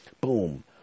boom